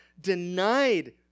denied